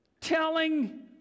telling